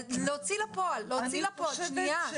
להוציא לפועל עכשיו את ההסכמות של 2018. אפרת,